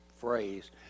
phrase